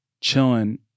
chilling